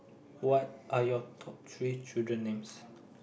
what are your top three children names